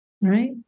Right